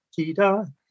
tida